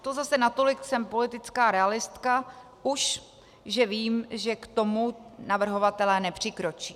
To zase natolik jsem už politická realistka, že vím, že k tomu navrhovatelé nepřikročí.